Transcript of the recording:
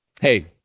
Hey